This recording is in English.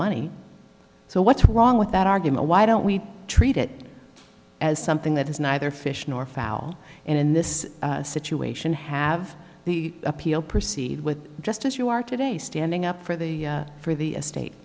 money so what's wrong with that argument why don't we treat it as something that is neither fish nor fowl in this situation have the appeal proceed with just as you are today standing up for the for the estate